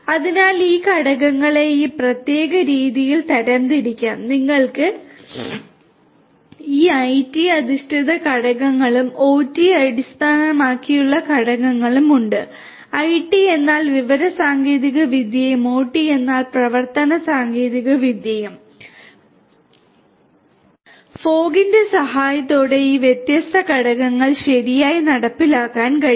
അതിനാൽ ഈ ഘടകങ്ങളെ ഈ പ്രത്യേക രീതിയിൽ തരംതിരിക്കാം നിങ്ങൾക്ക് ഈ ഐടി അധിഷ്ഠിത ഘടകങ്ങളും ഒടി അടിസ്ഥാനമാക്കിയുള്ള ഘടകങ്ങളും ഉണ്ട് ഐടി എന്നാൽ വിവര സാങ്കേതികവിദ്യയും ഒടി എന്നാൽ പ്രവർത്തന സാങ്കേതികവിദ്യയും ഫോഗ്ന്റെ സഹായത്തോടെ ഈ വ്യത്യസ്ത ഘടകങ്ങൾ ശരിയായി നടപ്പിലാക്കാൻ കഴിയും